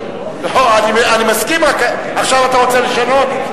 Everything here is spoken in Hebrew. אני מסכים, רק, עכשיו אתה רוצה לשנות?